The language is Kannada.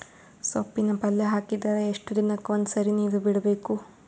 ಸೊಪ್ಪಿನ ಪಲ್ಯ ಹಾಕಿದರ ಎಷ್ಟು ದಿನಕ್ಕ ಒಂದ್ಸರಿ ನೀರು ಬಿಡಬೇಕು?